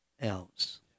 else